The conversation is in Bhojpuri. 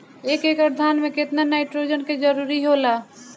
एक एकड़ धान मे केतना नाइट्रोजन के जरूरी होला?